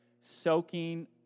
soaking